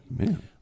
Amen